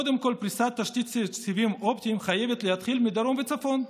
קודם כול פריסת תשתית סיבים אופטיים חייבת להתחיל מהדרום והצפון,